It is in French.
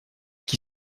qui